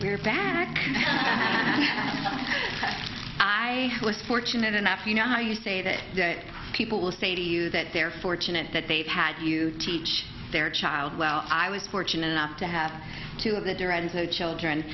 where barack i was fortunate enough you know how you say that people will say to you that they're fortunate that they pat you teach their child well i was fortunate enough to have two of the directions of children